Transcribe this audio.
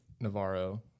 Navarro